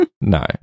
No